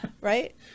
right